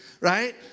Right